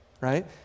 right